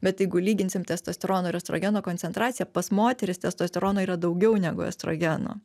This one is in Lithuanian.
bet jeigu lyginsim testosterono ir estrogeno koncentraciją pas moteris testosterono yra daugiau negu estrogeno